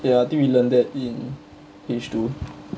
ya I think we learn that in H two